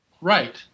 Right